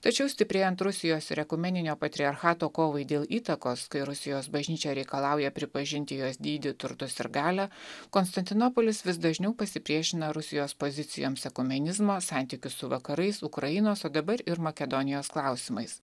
tačiau stiprėjant rusijos ir ekumeninio patriarchato kovai dėl įtakos kai rusijos bažnyčia reikalauja pripažinti jos dydį turtus ir galią konstantinopolis vis dažniau pasipriešina rusijos pozicijoms ekumenizmo santykių su vakarais ukrainos o dabar ir makedonijos klausimais